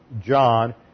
John